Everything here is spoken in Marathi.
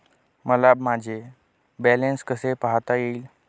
मला माझे बॅलन्स कसे पाहता येईल?